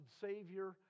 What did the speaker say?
Savior